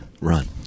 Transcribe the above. run